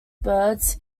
birds